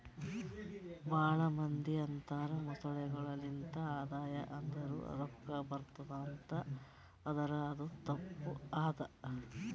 ಭಾಳ ಮಂದಿ ಅಂತರ್ ಮೊಸಳೆಗೊಳೆ ಲಿಂತ್ ಆದಾಯ ಅಂದುರ್ ರೊಕ್ಕಾ ಬರ್ಟುದ್ ಅಂತ್ ಆದುರ್ ಅದು ತಪ್ಪ ಅದಾ